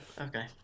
Okay